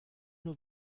nur